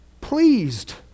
pleased